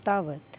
तावत्